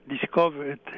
discovered